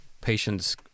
patients